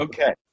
Okay